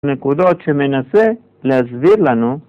נקודות שמנסה להסביר לנו